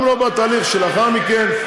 גם לא בתהליך שלאחר מכן.